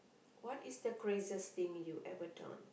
what is the craziest thing you ever done